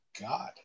God